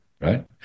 right